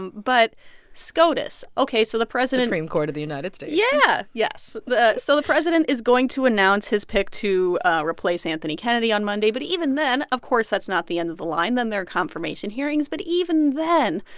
but scotus ok, so the president. supreme um court of the united states yeah. yes. so the president is going to announce his pick to replace anthony kennedy on monday. but even then, of course that's not the end of the line. then there are confirmation hearings. but even then,